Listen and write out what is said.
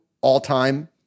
all-time